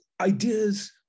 ideas